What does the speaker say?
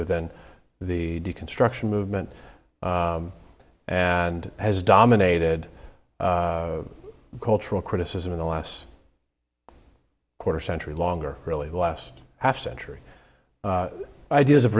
within the deconstruction movement and has dominated cultural criticism in the last quarter century longer really the last half century ideas of